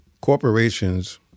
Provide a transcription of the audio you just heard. corporations